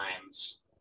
times